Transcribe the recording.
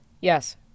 Yes